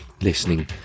listening